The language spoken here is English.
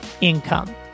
income